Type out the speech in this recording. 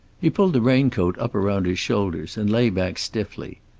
he pulled the raincoat up around his shoulders, and lay back stiffly.